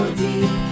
deep